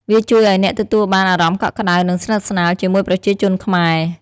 វាជួយឲ្យអ្នកទទួលបាន អារម្មណ៍កក់ក្តៅ និងស្និទ្ធស្នាល ជាមួយប្រជាជនខ្មែរ។